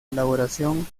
elaboración